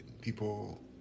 people